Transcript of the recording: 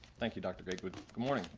thank you, dr. greg. good morning.